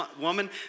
woman